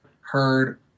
heard